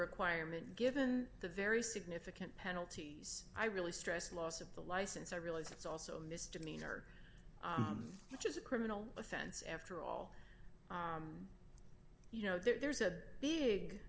requirement given the very significant penalties i really stress loss of the license i realize it's also a misdemeanor which is a criminal offense after all you know there's a